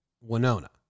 Winona